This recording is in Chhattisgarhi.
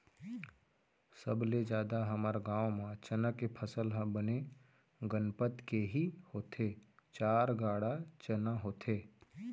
सबले जादा हमर गांव म चना के फसल ह बने गनपत के ही होथे चार गाड़ा चना होथे